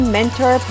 Mentor